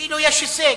שכאילו יש הישג.